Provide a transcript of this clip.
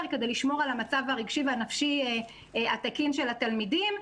כדי לשמור על המצב הרגשי והנפשי התקין של התלמידים.